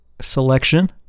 selection